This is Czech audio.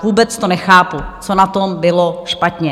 Vůbec to nechápu, co na tom bylo špatně.